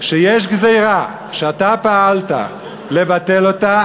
שיש גזירה שאתה פעלת לבטל אותה,